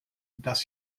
dass